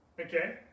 Okay